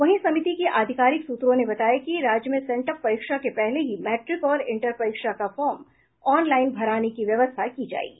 वहीं समिति की आधिकारिक सूत्रों ने बताया कि राज्य मे सेंट्प परीक्षा के पहले ही मैट्रिक और इंटर परीक्षा का फार्म ऑनलाईन भराने की व्यवस्था की जायेगी